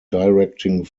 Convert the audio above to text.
directing